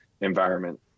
environment